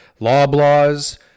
Loblaws